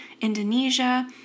Indonesia